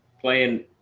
playing